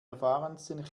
erfahrensten